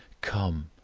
come.